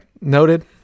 noted